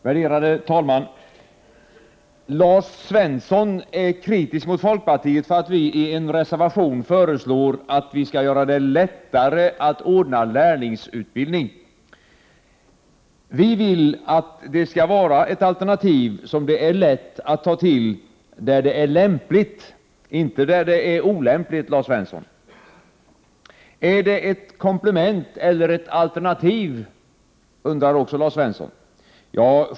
Värderade talman! Lars Svensson är kritisk mot folkpartiet för att vi i en reservation föreslår att man skulle göra det lättare att anordna lärlingsutbildning. Vi vill att det skall vara ett alternativ som det är lätt att ta till där det är lämpligt, inte där det är olämpligt, Lars Svensson. Är det ett komplement eller ett alternativ, undrar också Lars Svensson.